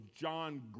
John